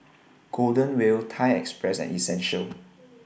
Golden Wheel Thai Express and Essential